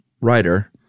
writer